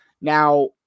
Now